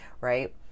right